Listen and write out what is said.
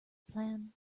plan